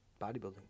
Bodybuilding